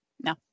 No